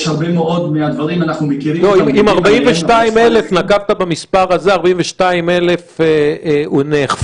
אנחנו מכירים הרבה מאוד מהדברים --- אם נקבת במספר 42,000 שנאכפו,